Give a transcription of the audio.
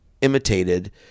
imitated